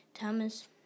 Thomas